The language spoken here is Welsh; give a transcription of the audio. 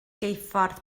geuffordd